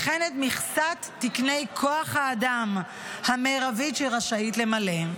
וכן את מכסת תקני כוח האדם המרבית שהיא רשאית למלא.